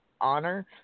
honor